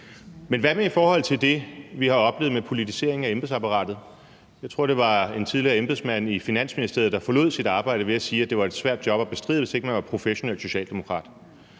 Men hvad med det, vi har oplevet med politiseringen af embedsapparatet? Jeg tror, det var en tidligere embedsmand i Finansministeriet, der forlod sit arbejde ved at sige, at det var et svært job at bestride, hvis ikke man var professionel socialdemokrat.